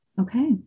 Okay